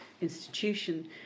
institution